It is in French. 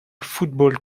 fútbol